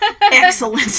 Excellent